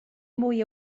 mwy